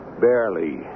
Barely